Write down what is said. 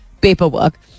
paperwork